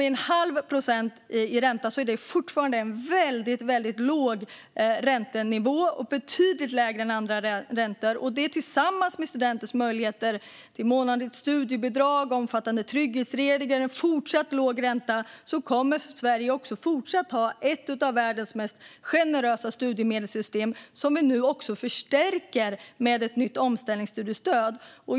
Det är fortfarande en väldigt låg ränta och betydligt lägre än andra räntor. Tack vare månatligt studiebidrag, omfattande trygghetsregler och fortsatt låg ränta kommer Sverige även fortsättningsvis att ha ett av världens mest generösa studiemedelssystem - som vi nu också förstärker med ett nytt omställningsstudiestöd.